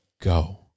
go